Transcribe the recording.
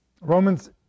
Romans